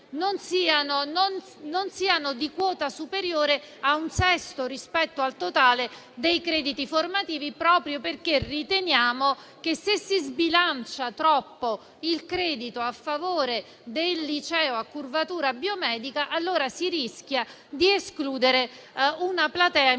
non siano di quota superiore a un sesto rispetto al totale dei crediti, proprio perché riteniamo che, se si sbilancia troppo il credito a favore del liceo a curvatura biomedica, allora si rischia di escludere una platea importante